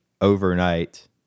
overnight